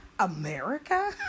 America